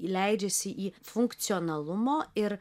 leidžiasi į funkcionalumo ir